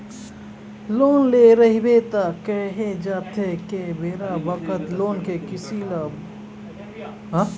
loan ले रहिबे त केहे जाथे के बेरा बखत लोन के किस्ती ल बरोबर भरत रहिना चाही